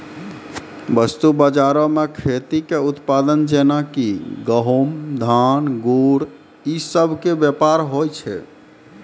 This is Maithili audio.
वस्तु बजारो मे खेती के उत्पाद जेना कि गहुँम, धान, गुड़ इ सभ के व्यापार होय छै